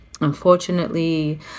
unfortunately